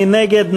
מי נגד?